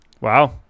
Wow